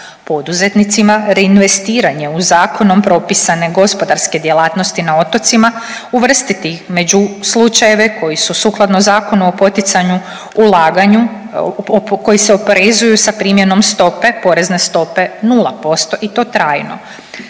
Poduzetnicima reinvestiranje u zakonom propisane gospodarske djelatnosti na otocima, uvrstiti ih među slučajeve koji su sukladno Zakonu o poticanju ulaganju koji se oporezuju sa primjenom stope, porezne stope 0% i to trajno,